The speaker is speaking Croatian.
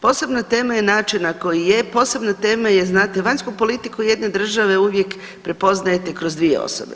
Posebna tema je način na koji je, posebna tema je znate vanjsku politiku jedne države uvijek prepoznajete kroz dvije osobe.